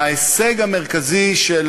ההישג המרכזי של